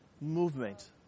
movement